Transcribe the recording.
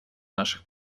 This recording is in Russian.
наших